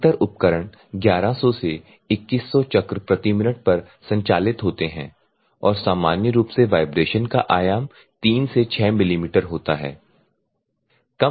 अधिकतर उपकरण 1100 से 2100 चक्र प्रति मिनट पर संचालित होते हैं और सामान्य रूप से वाइब्रेशन का आयाम 3 से 6 मिलीमीटर होता है